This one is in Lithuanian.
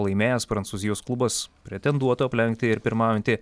laimėjęs prancūzijos klubas pretenduotų aplenkti ir pirmaujantį